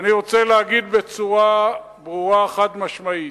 ואני רוצה להגיד בצורה ברורה, חד-משמעית: